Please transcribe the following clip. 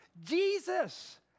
Jesus